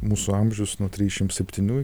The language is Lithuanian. mūsų amžius nuo trisdešim septynių